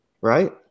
right